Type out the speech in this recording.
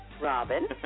Robin